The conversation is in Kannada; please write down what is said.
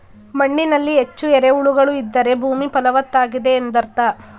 ಮಣ್ಣಿನಲ್ಲಿ ಹೆಚ್ಚು ಎರೆಹುಳುಗಳು ಇದ್ದರೆ ಭೂಮಿ ಫಲವತ್ತಾಗಿದೆ ಎಂದರ್ಥ